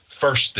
first